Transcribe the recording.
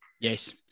Yes